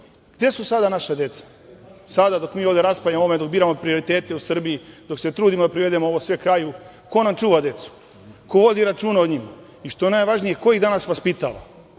Gde su sada naša deca, sada dok mi raspravljamo o ovome, dok biramo prioritete u Srbiji, dok se trudimo da privedemo ovo sve kraju, ko nam čuva decu? Ko vodi računa o njima? Što je najvažnije, ko ih danas vaspitava?